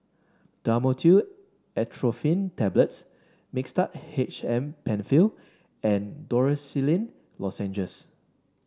Dhamotil Atropine Tablets Mixtard H M Penfill and Dorithricin Lozenges